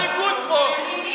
זה לא הליכוד פה.